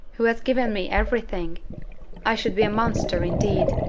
who has given me every thing i should be a monster indeed!